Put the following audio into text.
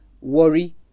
worry